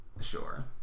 sure